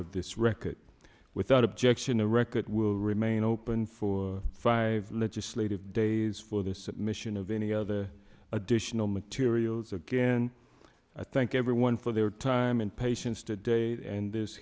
of this record without objection the record will remain open for five legislative days for the submission of any of the additional materials again i thank everyone for their time and patience to date and this